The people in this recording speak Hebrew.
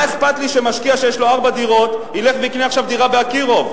מה אכפת לי שמשקיע שיש לו ארבע דירות ילך ויקנה עכשיו דירה ב"אקירוב"?